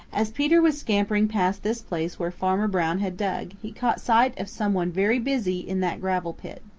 as peter was scampering past this place where farmer brown had dug he caught sight of some one very busy in that gravel pit.